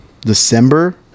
December